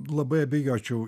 labai abejočiau